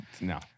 no